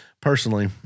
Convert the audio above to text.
personally